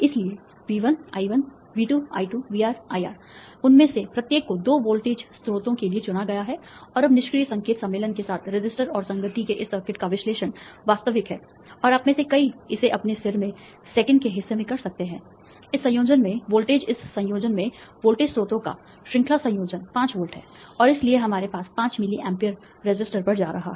इसलिए V1 I1 V2 I2 VR IR उनमें से प्रत्येक को 2 वोल्टेज स्रोतों के लिए चुना गया है और अब निष्क्रिय संकेत सम्मेलन के साथ रेसिस्टर और संगति है इस सर्किट का विश्लेषण वास्तविक है और आप में से कई इसे अपने सिर में सेकंड के हिस्से में कर सकते हैं इस संयोजन में वोल्टेज इस संयोजन में वोल्टेज स्रोतों का श्रृंखला संयोजन 5 वोल्ट है और इसलिए हमारे पास 5 मिलीएम्प रेसिस्टर पर जा रहा है